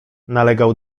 nalegał